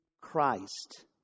Christ